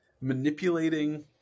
manipulating